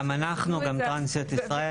גם אנחנו, גם טרנסיות ישראל.